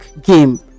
game